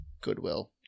Goodwill